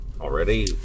Already